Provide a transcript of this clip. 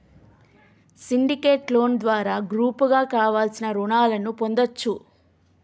syndicate loan ద్వారా గ్రూపుగా కావలసిన రుణాలను పొందచ్చు